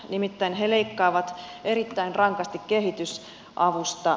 nimittäin he leikkaavat erittäin rankasti kehitysavusta